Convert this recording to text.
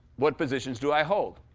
what positions do i hold?